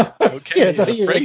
Okay